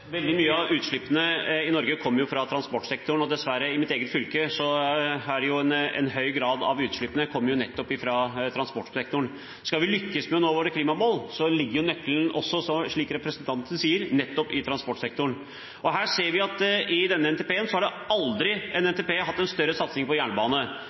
Veldig mye av utslippene i Norge kommer fra transportsektoren, og i mitt eget fylke kommer dessverre en høy grad av utslippene nettopp fra transportsektoren. Skal vi lykkes med å nå våre klimamål, ligger nøkkelen – som representanten sier – nettopp i transportsektoren. Her ser vi at en NTP aldri har hatt en større satsing på jernbane.